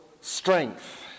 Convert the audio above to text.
strength